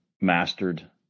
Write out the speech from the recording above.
mastered